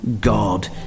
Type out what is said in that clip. God